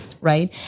Right